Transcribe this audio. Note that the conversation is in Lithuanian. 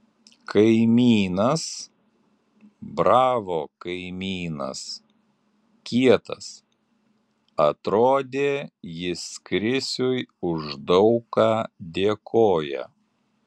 kaimynas bravo kaimynas kietas atrodė jis krisiui už daug ką dėkoja